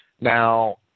Now